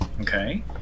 Okay